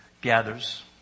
gathers